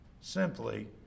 Simply